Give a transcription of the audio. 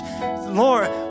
Lord